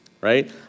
right